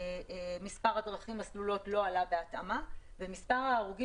מספר הדרכים הסלולות לא עלה בהתאמה ומספר ההרוגים